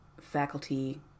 faculty